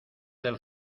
del